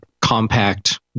compact